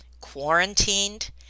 quarantined